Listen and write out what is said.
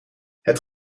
het